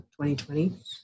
2020